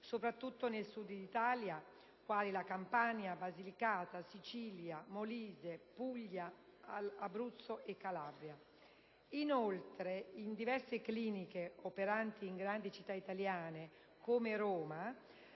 soprattutto nel Sud Italia, quali Campania, Basilicata, Sicilia, Molise, Puglia, Abruzzo e Calabria. Inoltre, in diverse cliniche operanti in grandi città italiane, come Roma,